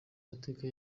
mateka